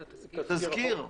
את התזכיר, את תזכיר החוק.